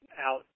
out